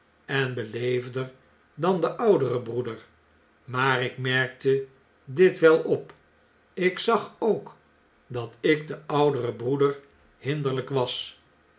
en beleefder dan de oudere broeder maar ik merkte dit wel op ik zag ook datik den ouderen broeder hinderlgk was